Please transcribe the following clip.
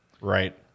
right